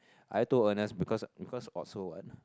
I told Ernest because because of so what